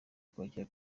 kwakira